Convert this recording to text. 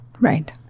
right